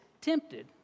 tempted